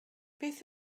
beth